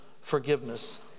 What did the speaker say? forgiveness